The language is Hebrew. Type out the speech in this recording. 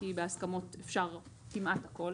כי בהסכמות אפשר כמעט הכל.